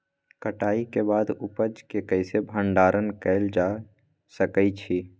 कटाई के बाद उपज के कईसे भंडारण कएल जा सकई छी?